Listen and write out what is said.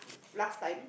last time